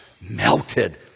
melted